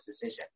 decision